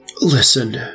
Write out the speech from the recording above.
Listen